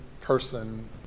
person